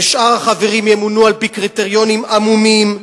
ושאר החברים ימונו על-פי קריטריונים עמומים,